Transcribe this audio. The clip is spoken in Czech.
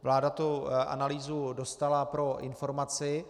Vláda analýzu dostala pro informaci.